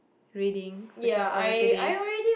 reading for twelve hours a day